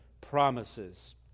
promises